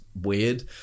weird